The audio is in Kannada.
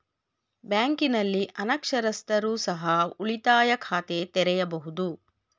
ಬ್ಯಾಂಕಿನಲ್ಲಿ ಅನಕ್ಷರಸ್ಥರು ಸಹ ಉಳಿತಾಯ ಖಾತೆ ತೆರೆಯಬಹುದು?